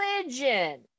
religion